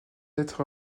être